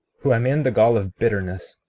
who am in the gall of bitterness,